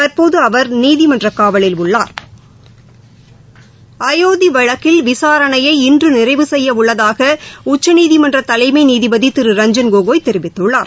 தற்போதுஅவர் நீதிமன்றக்காவலில் உள்ளார் அயோத்திவழக்கில் விசாரணையை இன்றுநிறைவு செய்யஉள்ளதாகஉச்சநீதிமன்றதலைமைநீதிபதிதிரு ரஞ்சன் கோகோய் தெரிவித்துள்ளார்